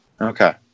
Okay